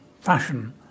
fashion